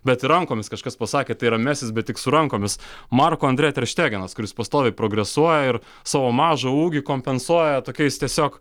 bet ir rankomis kažkas pasakė kad tai yra mesis bet tik su rankomis marko andre teraštegenas kuris pastoviai progresuoja ir savo mažą ūgį kompensuoja tokiais tiesiog